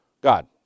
God